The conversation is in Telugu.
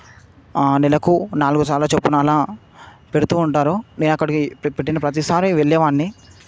నెలకు నాలుగు సార్లుచొప్పునలా పెడుతూవుంటారు నేనెక్కడికి పె పెట్టిన ప్రతిసారి వెళ్ళేవాడ్ని